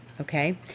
okay